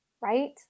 Right